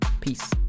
Peace